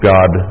God